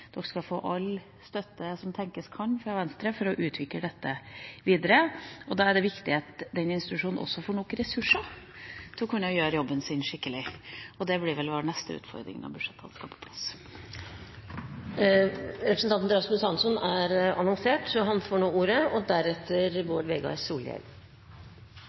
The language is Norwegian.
De skal få all støtte som tenkes kan fra Venstre for å utvikle dette videre. Da er det viktig at institusjonen også får nok ressurser til å kunne gjøre jobben sin skikkelig. Det blir vel vår neste utfordring når budsjettet skal på plass. Representanten Rasmus Hansson er annonsert, så han får nå ordet – og deretter representanten Bård Vegar